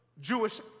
Jewish